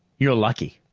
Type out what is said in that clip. you're lucky.